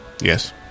Yes